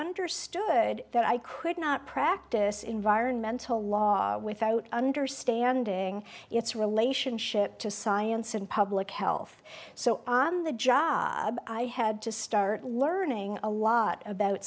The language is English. understood that i could not practice environmental law without understanding its relationship to science and public health so on the job i had to start learning a lot about